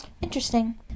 Interesting